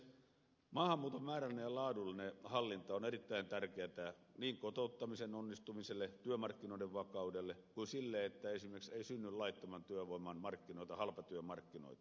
maahanmuuton määrällinen ja laadullinen hallinta on erittäin tärkeätä niin kotouttamisen onnistumiselle työmarkkinoiden vakaudelle kuin sille että ei esimerkiksi synny laittoman työvoiman markkinoita halpatyömarkkinoita